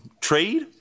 trade